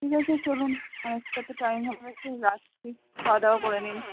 ঠিক আছে চলুন অনেকটা তো টাইম হয়ে রাখছি খাওয়া দাওয়া করে নিন